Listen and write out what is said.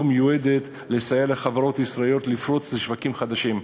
מיועדת לסייע לחברות ישראליות לפרוץ לשווקים חדשים.